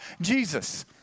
Jesus